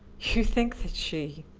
you think that she.